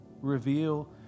Reveal